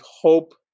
hope